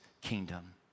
kingdom